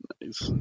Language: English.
Nice